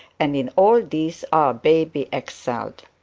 and in all these our baby excelled.